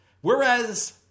Whereas